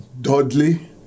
Dudley